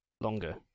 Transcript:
longer